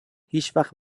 هیچوقت